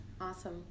Awesome